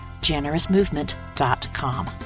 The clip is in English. generousmovement.com